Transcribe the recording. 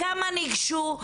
כמה ניגשו?